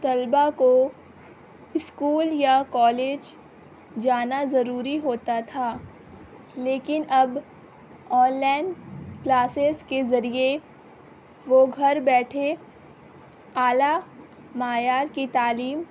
طلبہ کو اسکول یا کالج جانا ضروری ہوتا تھا لیکن اب آن لائن کلاسیز کے ذریعے وہ گھر بیٹھے اعلیٰ معیار کی تعلیم